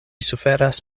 suferas